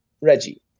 Reggie